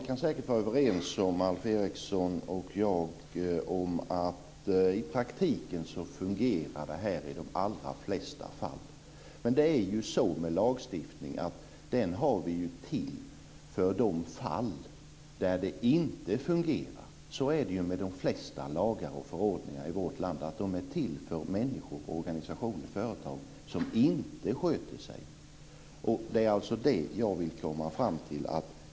Fru talman! Alf Eriksson och jag kan säkert vara överens om att det i de allra flesta fall fungerar i praktiken. Men det är ju så med lagstiftning att den har vi för de fall där det inte fungerar. Så är det med de flesta lagar och förordningar i vårt land. De är till för människor, organisationer och företag som inte sköter sig. Det är alltså det jag vill komma fram till.